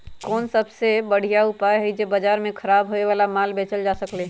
कोन सबसे बढ़िया उपाय हई जे से बाजार में खराब होये वाला माल बेचल जा सकली ह?